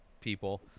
people